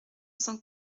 cent